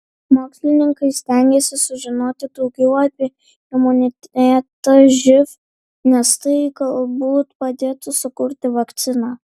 mokslininkai stengiasi sužinoti daugiau apie imunitetą živ nes tai galbūt padėtų sukurti vakciną